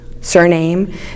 surname